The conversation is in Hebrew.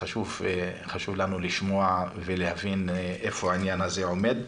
חשוב לנו לשמוע ולהבין איפה העניין הזה עומד.